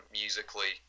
musically